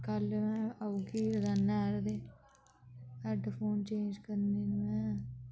कल में औगी दकाने'र ते हैडफोन चेंज करने न में